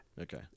Okay